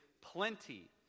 plenty